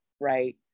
right